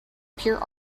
pure